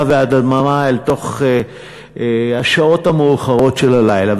והדממה אל תוך השעות המאוחרות של הלילה.